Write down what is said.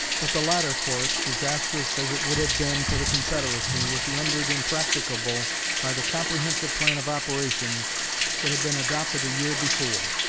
but the latter course, disastrous as it would have been for the confederacy, was rendered impracticable by the comprehensive plan of operations that had been adopted a year before.